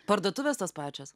parduotuvės tos pačios